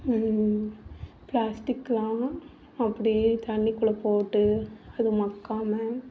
பிளாஸ்டிக்னாலும் அப்படியே தண்ணிக்குள்ளே போட்டு அது மக்காமல்